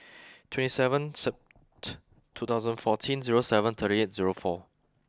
twenty seven Sept two thousand fourteen zero seven thirty eight zero four